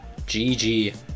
GG